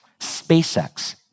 SpaceX